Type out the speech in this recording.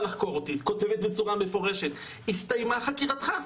לחקור אותי כותבת בצורה מפורשת "הסתיימה חקירתך".